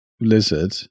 lizard